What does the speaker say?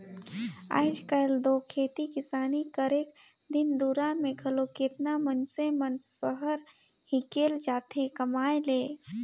आएज काएल दो खेती किसानी करेक दिन दुरा में घलो केतना मइनसे मन सहर हिंकेल जाथें कमाए ले